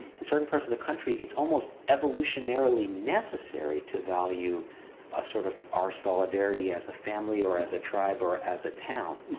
in certain parts of the country, it's almost evolutionarily necessary to value a sort of our solidarity as a family or as a tribe or as a town.